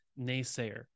naysayer